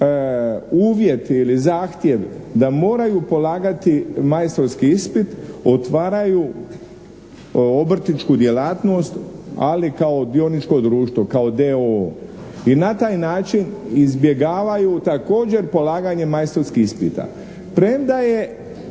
uvjet ili zahtjev da moraju polagati majstorski ispit otvaraju obrtničku djelatnost ali kao dioničko društvo, kao d.o.o. i na taj način izbjegavaju također polaganje majstorskih ispita premda je